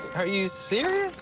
are you serious?